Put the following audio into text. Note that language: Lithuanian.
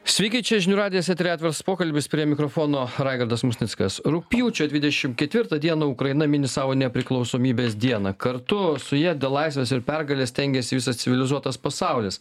sveiki čia žinių radijas eteryje atviras pokalbis prie mikrofono raigardas musnickas rugpjūčio dvidešimt ketvirtą dieną ukraina mini savo nepriklausomybės dieną kartu su ja dėl laisvės ir pergalės stengiasi visas civilizuotas pasaulis